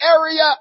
area